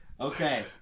Okay